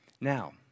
now